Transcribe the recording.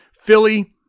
Philly